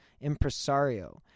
Impresario